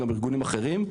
גם ארגונים אחרים.